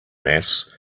mass